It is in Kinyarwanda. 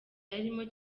yarimo